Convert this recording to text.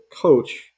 coach